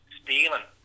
stealing